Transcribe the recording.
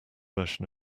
version